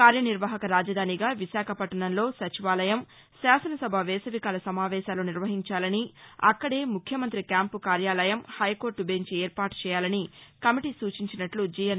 కార్య నిర్వాహక రాజధానిగా విశాఖపట్టణంలో సచివాలయం శాసనసభ వేసవికాల సమావేశాలు నిర్వహించాలని అక్కదే ముఖ్యమంత్రి క్యాంపు కార్యాలయం హైకోర్లు బెంచి ఏర్పాటు చేయాలని కమిటీ సూచించినట్ల జీఎన్